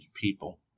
people